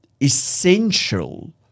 essential